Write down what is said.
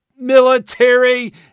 military